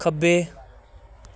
ਖੱਬੇ